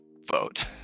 vote